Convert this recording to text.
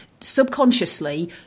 subconsciously